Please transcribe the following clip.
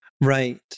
Right